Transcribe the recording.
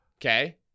Okay